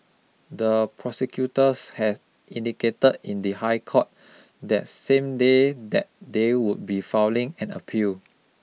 the prosecutors had indicated in the High Court that same day that they would be filing an appeal